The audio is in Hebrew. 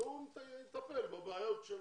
והוא יטפל בבעיות של